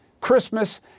christmas